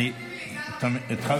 "אני אהיה שלך,